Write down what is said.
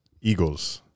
Eagles